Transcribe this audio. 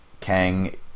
Kang